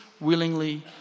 willingly